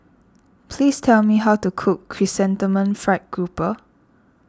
please tell me how to cook Chrysanthemum Fried Grouper